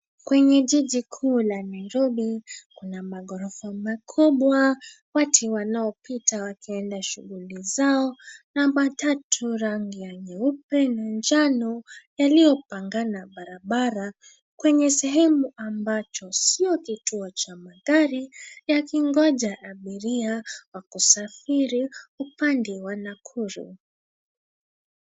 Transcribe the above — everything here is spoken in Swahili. Kwenye jiji kuu la Nairobi kuna maghorofa makubwa, watu wanaopita kuenda shughuli zao na matatu rangi ya nyeupe na njano yalipangana barabara, kwenye sehemu ambacho sio kituo cha magari, yakingoja abiria wakusafiri upande wa Nakuru.